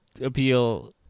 appeal